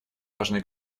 важны